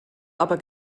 aber